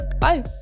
Bye